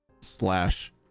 slash